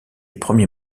premier